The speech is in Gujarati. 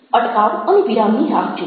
અટકાવ અને વિરામની રાહ જુઓ